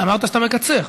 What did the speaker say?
אמרת שאתה מקצר.